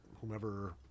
whomever